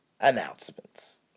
announcements